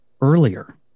earlier